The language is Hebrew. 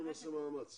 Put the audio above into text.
אז אנחנו נעשה מאמץ,